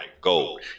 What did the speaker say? gold